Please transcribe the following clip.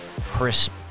crisp